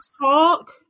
talk